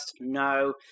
No